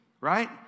right